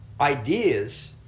ideas